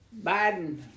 Biden